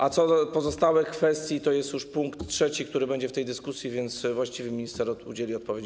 A co do pozostałych kwestii, to jest już punkt trzeci, który będzie w tej dyskusji, więc właściwy minister udzieli odpowiedzi.